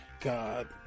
god